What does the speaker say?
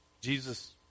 Jesus